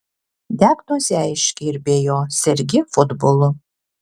diagnozė aiški ir be jo sergi futbolu